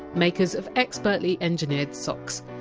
makers of expertly engineered socks.